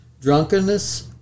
drunkenness